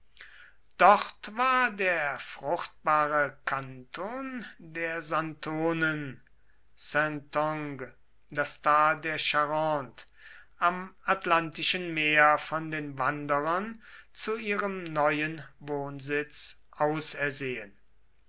dort war der fruchtbare kanton der santonen saintonge das tal der charente am atlantischen meer von den wanderern zu ihrem neuen wohnsitz ausersehen